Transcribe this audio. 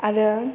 आरो